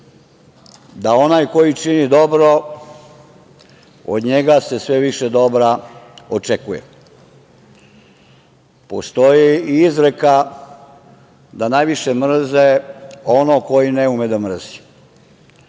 da onaj koji čini dobro od njega se sve više dobra očekuje. Postoji i izreka da najviše mrze onog koji ne ume da